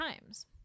times